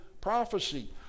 prophecy